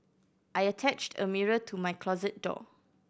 I attached a mirror to my closet door